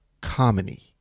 comedy